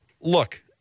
Look